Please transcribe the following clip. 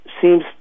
seems